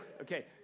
Okay